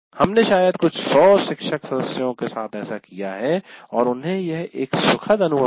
हमने शायद कुछ सौ शिक्षक सदस्यों के साथ ऐसा किया है और उन्हें यह एक सुखद अनुभव लगा